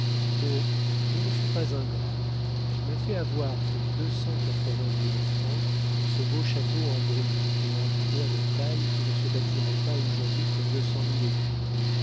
je ne suis pas ingrat tu m'as fait avoir pour deux cent quatre-vingt mille francs ce beau château en briques et en pierre de taille qui ne se bâtirait pas aujourd'hui pour deux cent mille écus